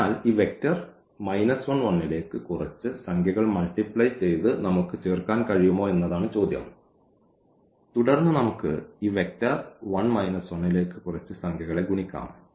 അതിനാൽ ഈ വെക്റ്റർ ലേക്ക് കുറച്ച് സംഖ്യകൾ മൾട്ടിപ്ലൈ ചെയ്തു നമുക്ക് ചേർക്കാൻ കഴിയുമോ എന്നതാണ് ചോദ്യം തുടർന്ന് നമുക്ക് ഈ വെക്റ്റർ 1 1 ലേക്ക് കുറച്ച് സംഖ്യകളെ ഗുണിക്കാം